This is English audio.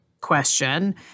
question